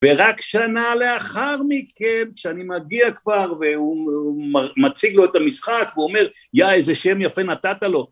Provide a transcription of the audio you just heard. ורק שנה לאחר מכן, כשאני מגיע כבר והוא והוא מר... מציג לו את המשחק והוא אומר "יא איזה שם יפה נתת לו"